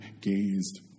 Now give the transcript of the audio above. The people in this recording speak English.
gazed